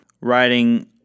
writing